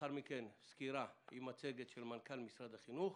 לאחר מכן סקירה עם מצגת של מנכ"ל משרד החינוך,